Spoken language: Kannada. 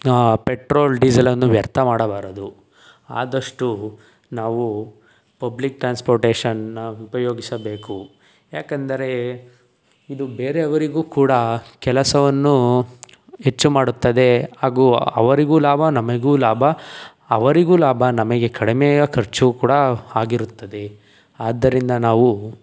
ಪೆಟ್ರೋಲ್ ಡೀಝೆಲನ್ನು ವ್ಯರ್ಥ ಮಾಡಬಾರದು ಆದಷ್ಟು ನಾವು ಪಬ್ಲಿಕ್ ಟ್ರಾನ್ಸ್ಪೋರ್ಟೇಷನ್ ಉಪಯೋಗಿಸಬೇಕು ಯಾಕೆಂದರೆ ಇದು ಬೇರೆಯವರಿಗು ಕೂಡ ಕೆಲಸವನ್ನು ಹೆಚ್ಚು ಮಾಡುತ್ತದೆ ಹಾಗು ಅವರಿಗೂ ಲಾಭ ನಮಗೂ ಲಾಭ ಅವರಿಗೂ ಲಾಭ ನಮಗೆ ಕಡಿಮೆ ಖರ್ಚು ಕೂಡ ಆಗಿರುತ್ತದೆ ಆದ್ದರಿಂದ ನಾವು